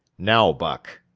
now, buck,